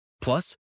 Plus